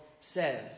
says